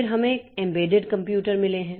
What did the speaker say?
फिर हमें embedded computer मिले हैं